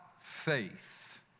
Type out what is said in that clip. faith